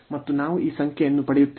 ಮತ್ತು ನಾವು ಈ ಸಂಖ್ಯೆಯನ್ನು ಪಡೆಯುತ್ತೇವೆ